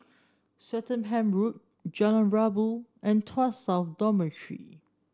Swettenham Road Jalan Rabu and Tuas South Dormitory